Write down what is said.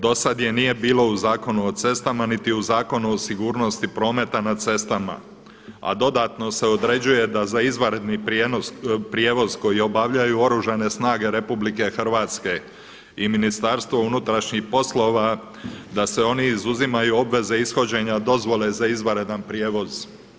Do sad je nije bilo u Zakonu o cestama, niti u Zakonu o sigurnosti prometa na cestama, a dodatno se određuje da izvanredni prijevoz koji obavljaju Oružane snage RH i Ministarstvo unutrašnjih poslova da se oni izuzimaju obveze ishođenja dozvole za izvanredan prijevoz.